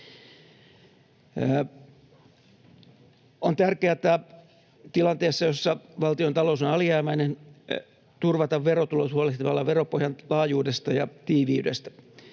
On tärkeätä tilanteessa, jossa valtion talous on alijäämäinen, turvata verotulot huolehtimalla veropohjan laajuudesta ja tiiviydestä.